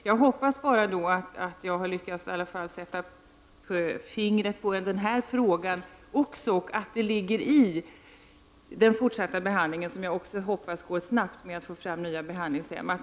Jag hoppas att jag har lyckats sätta fingret på den här frågan och att det går snabbt att få fram nya behandlingshem.